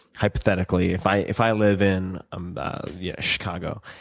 hypothetically, if i if i live in um yeah chicago,